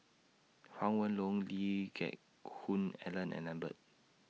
Huang Lee Geck Hoon Ellen and Lambert